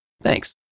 thanks